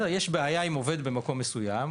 אם יש בעיה עם עובד במקום מסוים,